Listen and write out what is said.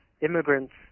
immigrants